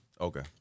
Okay